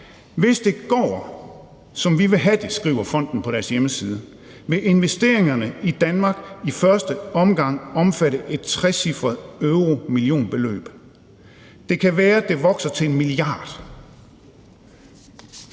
Hvis det går, som vi vil have det – skriver fonden på sin hjemmeside – vil investeringerne i Danmark i første omgang omfatte et trecifret euromillionbeløb. Det kan være, at det vokser til en milliard